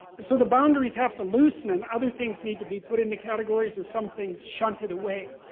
and so the boundaries have to loosen and other things need to be put into categories with some things shunted away.